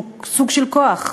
שהוא סוג של כוח,